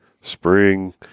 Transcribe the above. spring